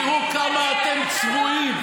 תראו כמה אתם צבועים.